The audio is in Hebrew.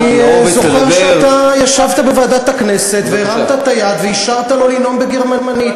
אני זוכר שאתה ישבת בוועדת הכנסת והרמת את היד ואישרת לו לנאום בגרמנית.